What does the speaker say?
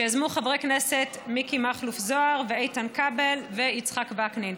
שיזמו חברי הכנסת מיקי מכלוף זוהר ואיתן כבל ויצחק וקנין.